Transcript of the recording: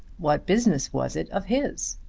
what business was it of his?